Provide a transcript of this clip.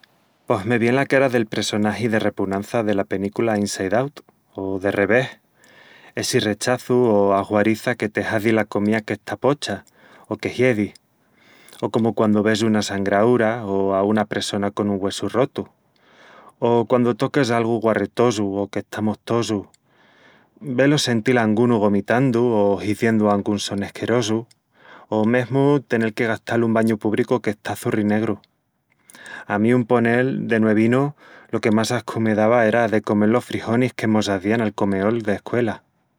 Pos me vien la cara del pressonagi de Repunança dela penícula "Inside Out" (o "De Revés"). Essi rechaçu o asguariça que te hazi la comía qu'está pocha o que hiedi... o comu quandu ves una sangraúra o a una pressona con un güessu rotu, o... quandu tocas algu guarretosu o que está mostosu, vel o sentil a angunu gomitandu o hiziendu angún son esquerosu... o mesmu tenel que gastal un bañu púbricu que está çurrinegru. A mí, un ponel, de nuevinu, lo que más ascu me dava era de comel los frijonis que mos hazían al comeol d'escuela..